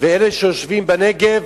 ואלה שיושבים בנגב,